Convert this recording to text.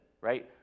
Right